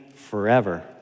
Forever